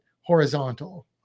horizontal